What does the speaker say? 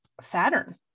saturn